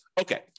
Okay